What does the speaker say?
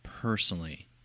personally